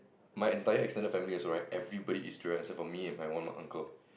my entire extended family also right everybody eats durian except for me and my one more uncle